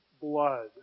blood